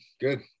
good